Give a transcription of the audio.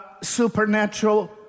Supernatural